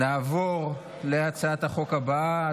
נעבור להצעת החוק הבאה,